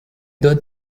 donne